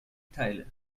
teile